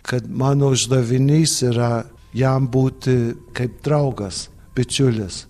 kad mano uždavinys yra jam būti kaip draugas bičiulis